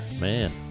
Man